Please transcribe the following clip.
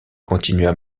continua